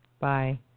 Bye